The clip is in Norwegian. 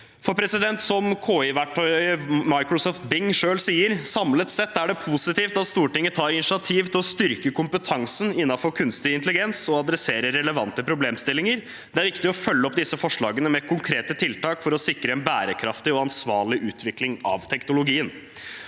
videre. Som KI-verktøyet til Microsoft Bing selv sier: Samlet sett er det positivt at Stortinget tar initiativ til å styrke kompetansen innenfor kunstig intelligens og adresserer relevante problemstillinger. Det er viktig å følge opp disse forslagene med konkrete tiltak for å sikre en bærekraftig og ansvarlig utvikling av teknologien.